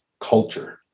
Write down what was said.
culture